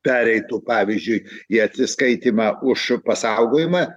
pereitų pavyzdžiui į atsiskaitymą už pasaugojimą